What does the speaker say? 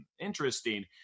Interesting